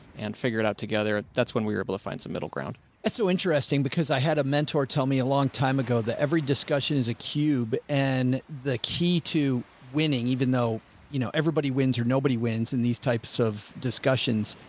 and figure it out together. that's when we were able to find some middle ground. joe that's so interesting because i had a mentor tell me a long time ago that every discussion is a cube and the key to winning, even though you know everybody wins or nobody wins in these types of discussions.